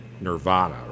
nirvana